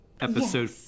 Episode